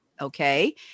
okay